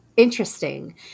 Interesting